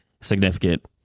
Significant